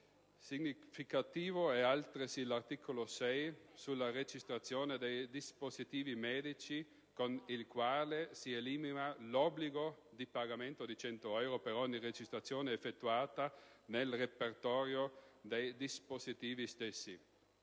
Significativo è altresì l'articolo 6 sulla registrazione dei dispositivi medici con il quale si elimina l'obbligo di pagamento di 100 euro per ogni registrazione effettuata nel repertorio dei dispositivi stessi.